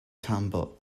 tambo